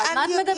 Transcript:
על מה את מדברת?